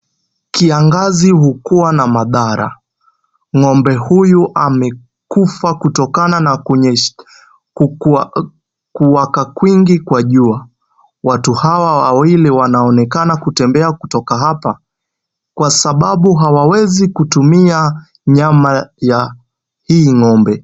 Kiangazi hukuwa na madhara. Ng'ombe huyu amekufa kutokana na kuwaka kwingi kwa jua. Watu hawa wawili wanaonekana kutembea kutoka hapa, kwa sababu hawawezi kutumia nyama ya hii ng'ombe.